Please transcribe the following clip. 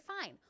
fine